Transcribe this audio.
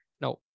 Now